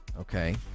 okay